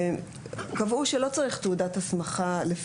לאחרונה קבעו שלא צריך תעודת הסמכה בענף הכדורגל,